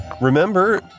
Remember